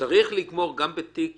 גם בתיק